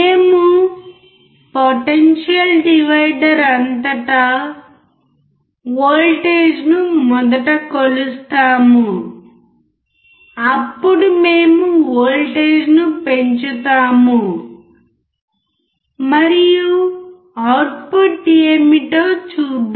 మేము potential divider అంతటా వోల్టేజ్ను మొదట కొలుస్తాము అప్పుడు మేము వోల్టేజ్ను పెంచుతాము మరియు అవుట్పుట్ ఏమిటో చూద్దాం